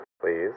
please